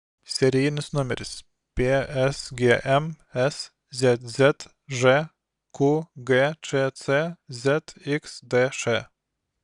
serijinis numeris psgm szzž qgčc zxdš